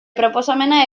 proposamena